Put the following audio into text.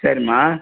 சரிம்மா